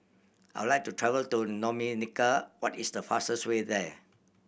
I'd like to travel to Dominica what is the fastest way there